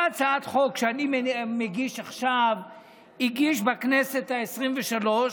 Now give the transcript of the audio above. את אותה הצעת חוק שאני מגיש עכשיו הגיש בכנסת העשרים-ושלוש